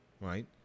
right